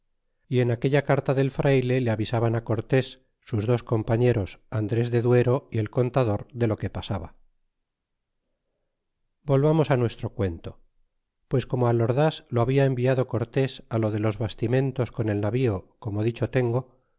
y en aquella carta del frayle le avisaban cortes sus dos compañeros andres de duero y e contador de lo que pasaba volvamos nuestra cuento pues como al oras lo habla enviado cortés á lo de los bastimentos con el navío como dicho tengo